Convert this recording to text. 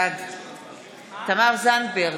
בעד תמר זנדברג,